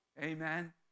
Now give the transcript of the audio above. Amen